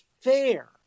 fair